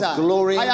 glory